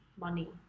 money